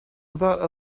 about